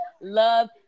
love